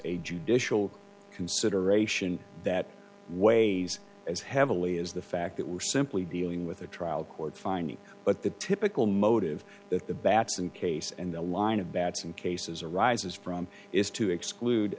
a judicial consideration that way as heavily as the fact that we're simply dealing with a trial court finding but the typical motive that the batson case and the line of bats and cases arises from is to exclude